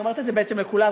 אני אומרת את זה בעצם לכולם,